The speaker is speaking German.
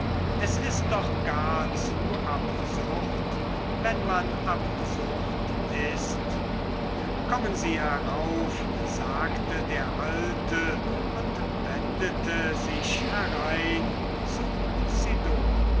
es ist doch gar zu absurd wenn man absurd ist kommen sie herauf sagte der alte und wendete sich herein zu